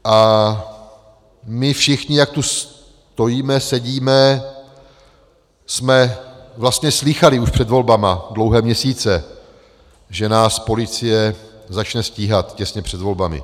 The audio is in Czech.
A my všichni, jak tu stojíme, sedíme, jsme vlastně slýchali už před volbami dlouhé měsíce, že nás policie začne stíhat těsně před volbami.